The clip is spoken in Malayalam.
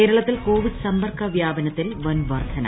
കേരളത്തിൽ കോവിഡ് സമ്പർക്ക വ്യാപനത്തിൽ വൻ വർദ്ധന